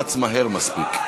שלא רץ מהר מספיק.